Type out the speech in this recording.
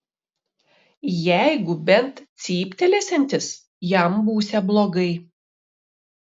jeigu bent cyptelėsiantis jam būsią blogai